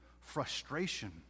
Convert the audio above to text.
frustration